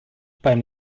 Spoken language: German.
beim